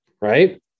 right